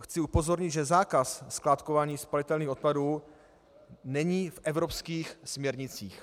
Chci upozornit, že zákaz skládkování spalitelných odpadů není v evropských směrnicích.